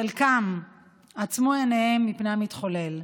חלקם עצמו עיניהם מפני המתחולל,